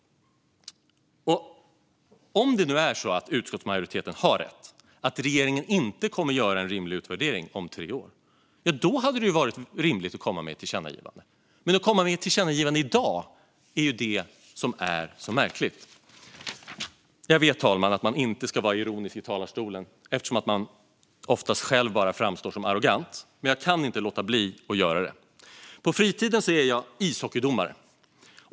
Om det nu är så att utskottsmajoriteten har rätt och att regeringen inte kommer att göra en rimlig utvärdering om tre år hade det varit rimligt att komma med ett tillkännagivande då. Att komma med ett tillkännagivande i dag är så märkligt. Fru talman! Jag vet att man inte ska vara ironisk i talarstolen eftersom man oftast själv bara framstår som arrogant då. Men jag kan inte låta bli att göra det. På fritiden är jag ishockeydomare.